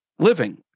living